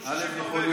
תביאו 60 נורבגים.